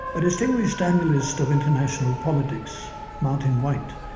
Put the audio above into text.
distinguished analyst of international politics, martin wight,